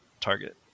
target